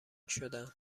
شدن